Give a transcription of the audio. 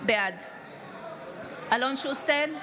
בעד אלון שוסטר,